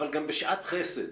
אבל גם בשעת חסד.